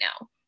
now